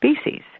species